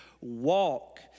walk